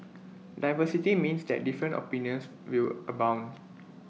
diversity means that different opinions will abound